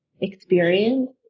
experience